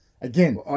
Again